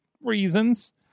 reasons